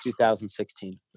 2016